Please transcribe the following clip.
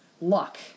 luck